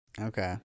Okay